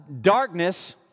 darkness